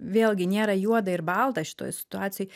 vėlgi nėra juoda ir balta šitoj situacijoj